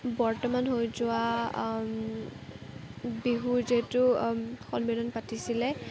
বৰ্তমান হৈ যোৱা বিহুৰ যিটো সন্মিলন পাতিছিলে